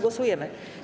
Głosujemy.